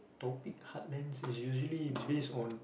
topic heartlands is usually based on